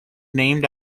named